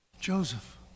Joseph